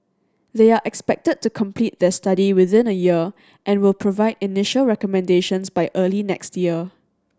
they are expected to complete the study within a year and will provide initial recommendations by early next year